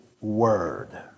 Word